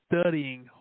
studying